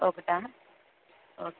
ఒకటా ఓకే